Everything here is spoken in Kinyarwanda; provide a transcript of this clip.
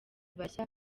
bashya